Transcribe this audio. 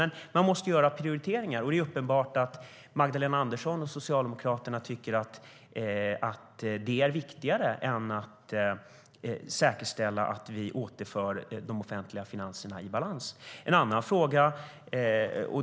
Men man måste göra prioriteringar, och det är uppenbart att Magdalena Andersson och Socialdemokraterna tycker att detta är viktigare än att säkerställa att vi återför de offentliga finanserna i balans.